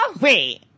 wait